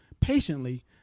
patiently